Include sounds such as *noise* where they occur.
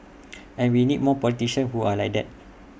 *noise* and we need more politicians who are like that